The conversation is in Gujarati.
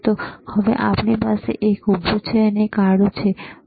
તો હવે આપણી પાસે ઉભૂ છે આપણે આડું જોયું છે